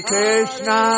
Krishna